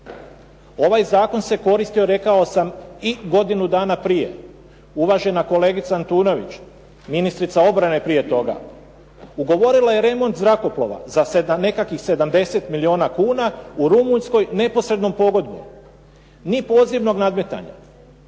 ovaj zakon se koristio, rekao sam, i godinu dana prije. Uvažena kolegica Antunović, ministrica obrane prije toga ugovorila je remont zrakoplova za nekakvih 70 milijuna kuna u Rumunjskoj neposrednom pogodbom, ni pozivnog nadmetanja.